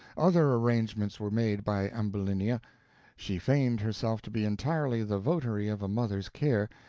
other arrangements were made by ambulinia she feigned herself to be entirely the votary of a mother's care,